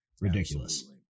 Ridiculous